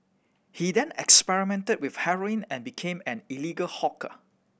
he then experimented with heroin and became an illegal hawker